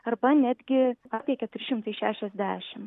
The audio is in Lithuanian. arba netgi apie keturi šimtai šešiasdešim